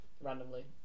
randomly